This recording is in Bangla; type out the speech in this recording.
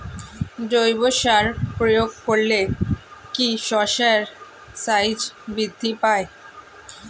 জৈব সার প্রয়োগ করলে কি শশার সাইজ বৃদ্ধি পায়?